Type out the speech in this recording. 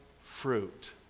fruit